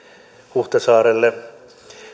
huhtasaarelle